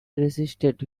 resisted